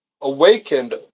Awakened